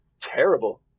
terrible